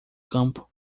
campo